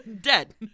Dead